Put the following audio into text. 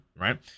right